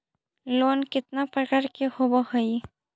Loan केतना प्रकार के होव हइ?